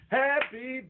happy